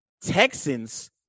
Texans